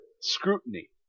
scrutiny